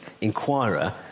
inquirer